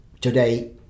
Today